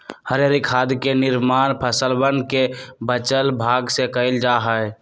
हरीयर खाद के निर्माण फसलवन के बचल भाग से कइल जा हई